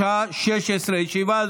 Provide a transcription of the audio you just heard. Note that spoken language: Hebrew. בשעה 16:00.